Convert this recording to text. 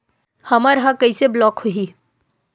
हमर ह कइसे ब्लॉक होही?